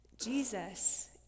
Jesus